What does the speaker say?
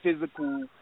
physical